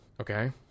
okay